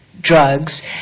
drugs